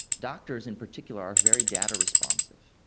doctors in particular are very data responsive,